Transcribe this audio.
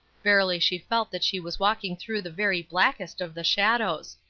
verily she felt that she was walking through the very blackest of the shadows!